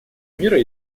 мира